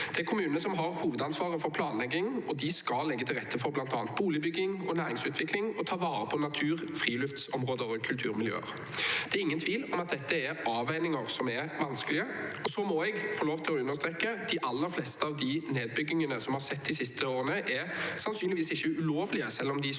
Det er kommunene som har hovedansvaret for planleggingen, og de skal legge til rette for bl.a. boligbygging og næringsutvikling og ta vare på natur, friluftsområder og kulturmiljøer. Det er ingen tvil om at dette er avveininger som er vanskelige. Jeg må også få lov til å understreke at de aller fleste av de nedbyggingene som vi har sett de siste årene, sannsynligvis ikke er ulovlige, selv om de